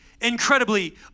incredibly